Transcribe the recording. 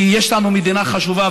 כי יש לנו מדינה חשובה,